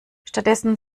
stattdessen